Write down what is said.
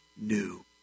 new